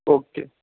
okay